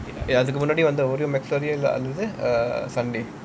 அதுக்கு முன்னாடி வந்து ஒரு:athuku munnadi vanthu oru oreo McFlurry வந்து:vanthu err sundae